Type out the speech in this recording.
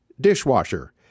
dishwasher